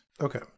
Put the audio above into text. Okay